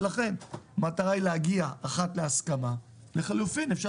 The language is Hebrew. ולכן המטרה היא להגיע ראשית להסכמה ולחילופין אפשר